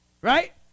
Right